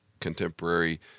contemporary